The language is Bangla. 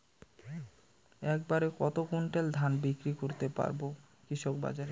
এক বাড়ে কত কুইন্টাল ধান বিক্রি করতে পারবো কৃষক বাজারে?